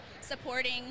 supporting